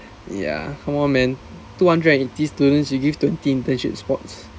ya come on man two hundred and eighty students you give twenty internship spots